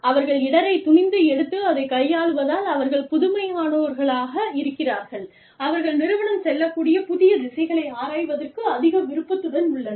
அவர்கள் இடரை துணிந்து எடுத்து அதைக் கையாள்வதால் அவர்கள் புதுமையானோர்களாக இருக்கிறார்கள் அவர்கள் நிறுவனம் செல்லக்கூடிய புதிய திசைகளை ஆராய்வதற்கு அதிக விருப்பத்துடன் உள்ளனர்